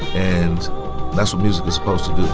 and that's what music is supposed to do